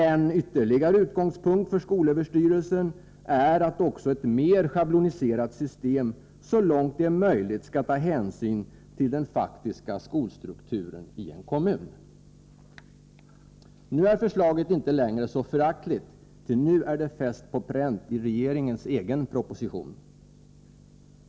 ——- En ytterligare utgångspunkt för SÖ är att också ett mer schabloniserat system så långt det är möjligt skall ta hänsyn till den faktiska skolstrukturen i en kommun.” Nu är förslaget inte längre så föraktligt, ty nu är det fäst på pränt i regeringens egen proposition.